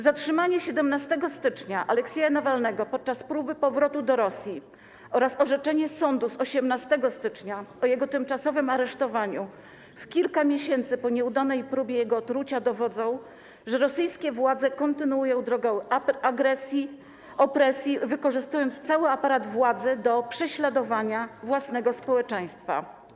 Zatrzymanie 17 stycznia Aleksieja Nawalnego podczas próby powrotu do Rosji oraz orzeczenie sądu z 18 stycznia o jego tymczasowym aresztowaniu w kilka miesięcy po nieudanej próbie jego otrucia dowodzą, że rosyjskie władze kontynuują drogę opresji, wykorzystując cały aparat władzy do prześladowania własnego społeczeństwa.